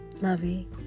lovey